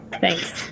thanks